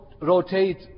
rotate